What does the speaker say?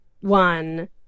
one